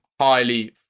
highly